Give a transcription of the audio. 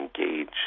engage